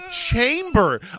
Chamber